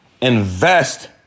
invest